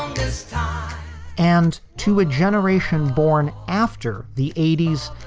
does and to a generation born after the eighty s,